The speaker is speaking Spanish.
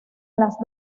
las